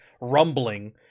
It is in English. rumbling